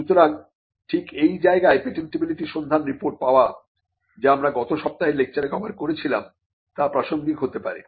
সুতরাং ঠিক এই জায়গায় পেটেন্টেবিলিটি সন্ধান রিপোর্ট পাওয়া যা আমরা গত সপ্তাহের লেকচারে কভার করেছিলাম তা প্রাসঙ্গিক হতে পারে